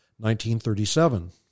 1937